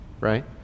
Right